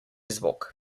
zvok